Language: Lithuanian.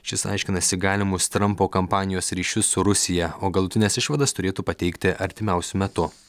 šis aiškinasi galimus trampo kampanijos ryšius su rusija o galutines išvadas turėtų pateikti artimiausiu metu